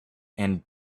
and